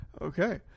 Okay